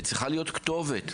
וצריכה להיות כתובת.